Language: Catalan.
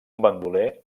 bandoler